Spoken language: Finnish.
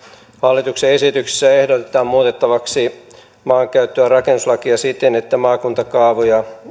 hallituksen esityksessä ehdotetaan muutettavaksi maankäyttö ja rakennuslakia siten että maakuntakaavoja